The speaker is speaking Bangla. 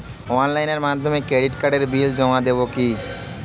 অনলাইনের মাধ্যমে ক্রেডিট কার্ডের বিল জমা দেবো কি?